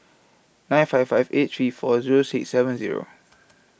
nine five five eight three four Zero six seven Zero